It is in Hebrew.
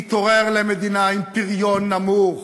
נתעורר למדינה עם פריון נמוך,